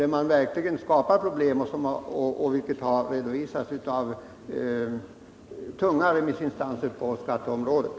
Där uppstår verkligen problem, vilket har redovisats av tunga remissinstanser på skatteområdet.